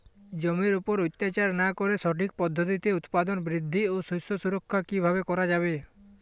জমির উপর অত্যাচার না করে সঠিক পদ্ধতিতে উৎপাদন বৃদ্ধি ও শস্য সুরক্ষা কীভাবে করা যাবে?